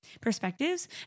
perspectives